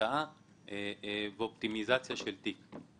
השקעה ואופטימיזציה של תיק.